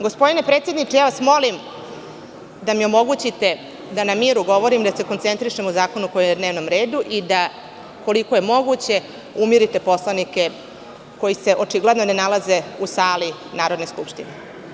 Gospodine predsedniče, molim vas da mi omogućite da na miru govorim, da se koncentrišem o zakonu koji je na dnevnom redu i da, koliko je moguće, umirite poslanike koji se očigledno ne nalaze u sali Narodne skupštine.